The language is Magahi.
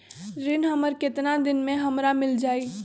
ऋण हमर केतना दिन मे हमरा मील जाई?